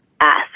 ask